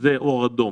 וזה אור אדום.